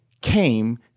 came